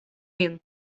min